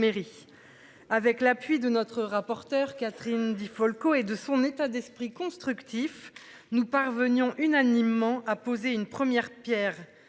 Avec l'appui de notre rapporteur Catherine Di Folco et de son état d'esprit constructif, nous parvenions unanimement à poser une première Pierre